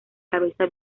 cabeza